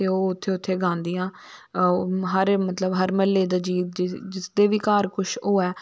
ते ओह् उत्थै उत्थै गादियां हर म्हल्ले च जिसदे बी घर कुछ होऐ